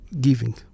giving